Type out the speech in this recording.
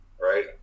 right